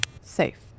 Safe